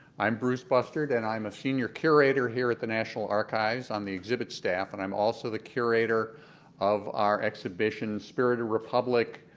i'm bruce, but and and i'm a senior curator here at the national archives on the exhibit staff and also the curator of our exhibition spirited republic,